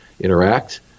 interact